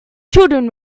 children